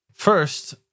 First